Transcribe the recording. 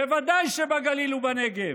בוודאי שבגליל ובנגב,